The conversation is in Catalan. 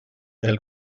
del